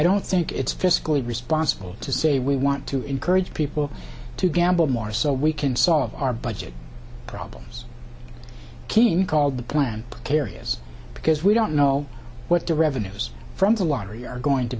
don't i think it's fiscally responsible to say we want to encourage people to gamble more so we can solve our budget problems team called the plan carriers because we don't know what the revenues from the lottery are going to